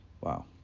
Wow